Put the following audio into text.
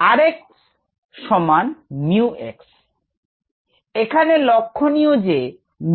𝑟𝑥 𝜇 𝑥 এখানে লক্ষণীয় যে